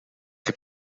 heb